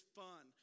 fun